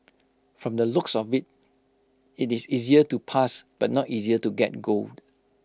from the looks of IT it is easier to pass but not easier to get gold